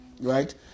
right